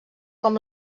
com